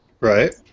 Right